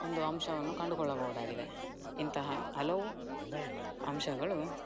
ಒಂದು ಅಂಶವನ್ನು ಕಂಡುಕೊಳ್ಳಬೋದಾಗಿದೆ ಇಂತಹ ಹಲವು ಅಂಶಗಳು